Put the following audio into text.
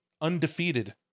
undefeated